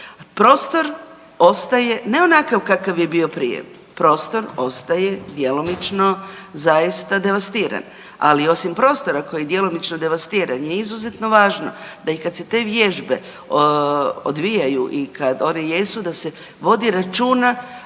prostor ostaje ne ovakav kakav je bio prije. Prostor ostaje djelomično zaista devastiran. Ali osim prostora koji je djelomično devastiran je izuzetno važno da kada se i te vježbe odvijaju i kada one jesu da se vodi računa